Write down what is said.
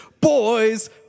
boys